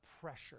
pressure